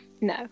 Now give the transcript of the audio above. No